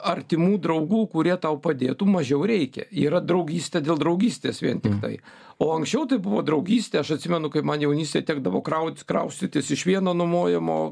artimų draugų kurie tau padėtų mažiau reikia yra draugystė dėl draugystės vien tiktai o anksčiau tai buvo draugystė aš atsimenu kaip man jaunystę tekdavo kraut kraustytis iš vieno nuomojamo